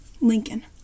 Lincoln